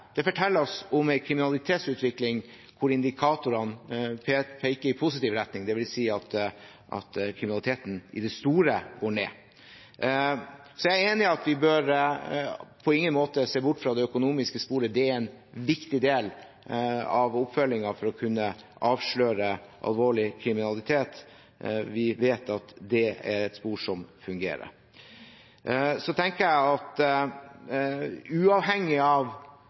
om en kriminalitetsutvikling hvor indikatorene peker i positiv retning, dvs. at kriminaliteten i det store går ned. Så er jeg enig i at vi bør på ingen måte se bort fra det økonomiske sporet, det er en viktig del av oppfølgingen for å kunne avsløre alvorlig kriminalitet. Vi vet at det er et spor som fungerer. Jeg setter et lite spørsmålstegn ved at